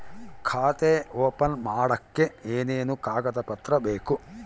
ಖಾತೆ ಓಪನ್ ಮಾಡಕ್ಕೆ ಏನೇನು ಕಾಗದ ಪತ್ರ ಬೇಕು?